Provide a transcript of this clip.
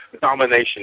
domination